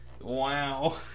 Wow